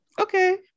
Okay